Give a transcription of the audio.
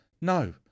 no